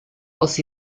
aus